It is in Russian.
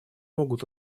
могут